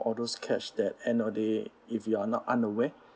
those catch that end of day if you are not unaware